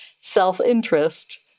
self-interest